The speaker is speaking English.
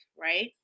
Right